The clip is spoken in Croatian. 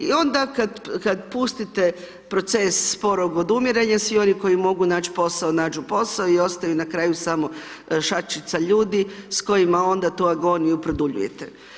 I onda kada pustite proces spornog odumiranja, svi oni koji mogu naći posao nađu posao i ostaju na kraju samo šačica ljudi s kojima onda tu agoniju produljujete.